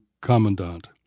commandant